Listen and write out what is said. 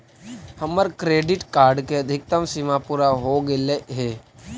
हमर credit card के अधिकतम सीमा पूरा हो गेलई हे